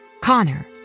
Connor